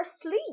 asleep